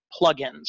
plugins